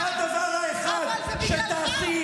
זה הדבר האחד שתעשי.